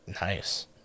Nice